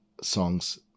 Songs